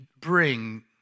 bring